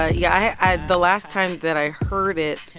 ah yeah. i the last time that i heard it,